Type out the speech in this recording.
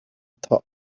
top